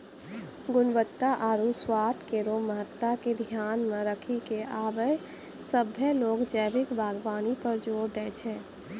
गुणवत्ता आरु स्वाद केरो महत्ता के ध्यान मे रखी क आबे सभ्भे लोग जैविक बागबानी पर जोर दै छै